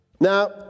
Now